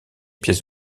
pièces